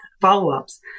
follow-ups